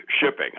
shipping